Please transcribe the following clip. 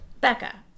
Becca